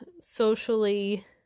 socially